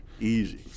easy